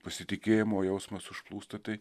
pasitikėjimo jausmas užplūsta tai